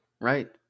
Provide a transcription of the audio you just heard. Right